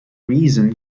reason